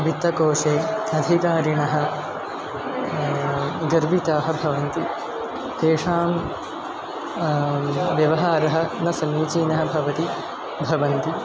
वित्तकोषे अधिकारिणः गर्विताः भवन्ति तेषां व्यवहारः न समीचीनः भवति भवन्ति